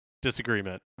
Disagreement